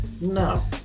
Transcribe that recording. No